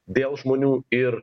dėl žmonių ir